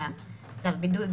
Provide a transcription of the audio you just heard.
בצו הבידוד,